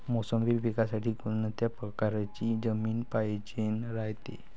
मोसंबी पिकासाठी कोनत्या परकारची जमीन पायजेन रायते?